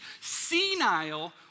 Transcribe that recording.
senile